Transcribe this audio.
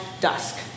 dusk